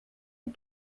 and